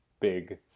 big